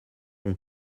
ont